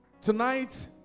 tonight